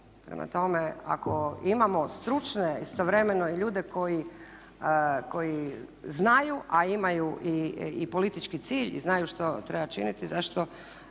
Prema tome ako imamo stručne, istovremeno i ljude koji znaju a imaju i politički cilj i znaju što treba činiti zašto